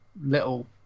little